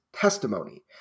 testimony